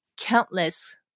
countless